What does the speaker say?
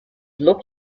looked